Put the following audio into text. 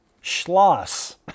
Schloss